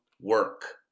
work